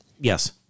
Yes